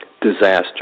disaster